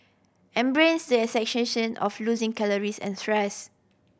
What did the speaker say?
embrace the sensation of losing calories and stress